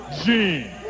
Gene